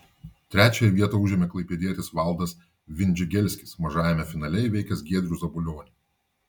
trečiąją vietą užėmė klaipėdietis valdas vindžigelskis mažajame finale įveikęs giedrių zabulionį